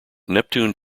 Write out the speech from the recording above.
neptune